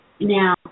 Now